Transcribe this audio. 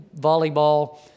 volleyball